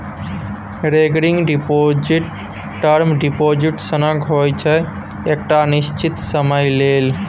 recurring deposit term deposit सनक होइ छै एकटा निश्चित समय लेल